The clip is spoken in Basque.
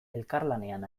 elkarlanean